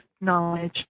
knowledge